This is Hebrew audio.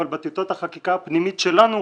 אבל בטיוטת החקיקה הפנימית שלנו,